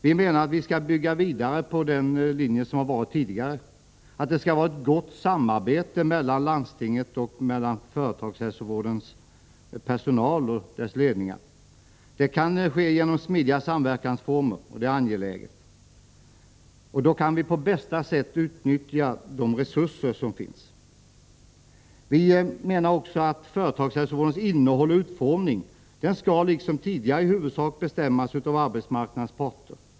Vi menar att man skall bygga vidare på den linje som gällt tidigare, att det skall vara ett gott samarbete mellan landstinget och företagshälsovården — personalen och ledningen. Det kan ske genom smidiga samverkansformer, och det är angeläget. Då kan vi på bästa sätt utnyttja de resurser som finns. Vi menar också att företagshälsovårdens innehåll och utformning liksom tidigare i huvudsak skall bestämmas av arbetsmarknadens parter.